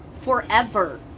forever